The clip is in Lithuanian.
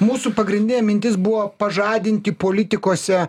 mūsų pagrindinė mintis buvo pažadinti politikuose